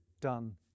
done